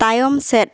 ᱛᱟᱭᱚᱢ ᱥᱮᱫ